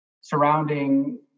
surrounding